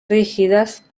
rígidas